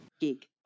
gig